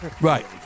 right